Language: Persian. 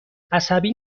عصبی